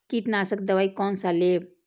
कीट नाशक दवाई कोन सा लेब?